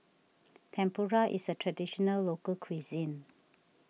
Tempura is a Traditional Local Cuisine